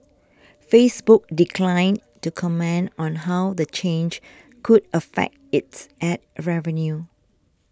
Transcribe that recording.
Facebook declined to comment on how the change could affect its ad revenue